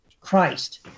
Christ